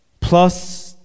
plus